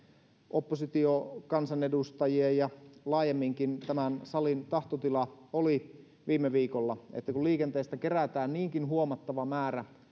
oppositiokansanedustajien ja laajemminkin tämän salin tahtotila oli viime viikolla että kun liikenteestä kerätään niinkin huomattava määrä